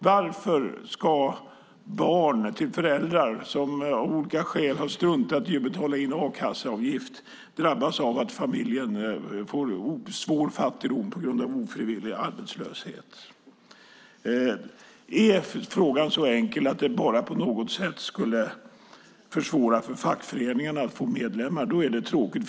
Varför ska barn till föräldrar som av olika skäl har struntat i att betala in a-kasseavgift drabbas av att familjen får svår fattigdom på grund av ofrivillig arbetslöshet? Om frågan är så enkel att det på något sätt bara skulle försvåra för fackföreningarna att få medlemmar är det tråkigt.